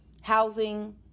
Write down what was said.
housing